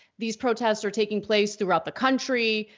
these protests are taking place throughout the country.